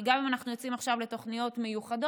כי גם אם אנחנו יוצאים עכשיו לתוכניות מיוחדות,